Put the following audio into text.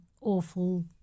awful